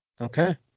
okay